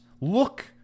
look